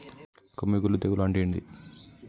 కొమ్మి కుల్లు తెగులు అంటే ఏంది?